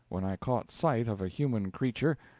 when i caught sight of a human creature,